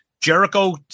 Jericho